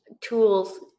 tools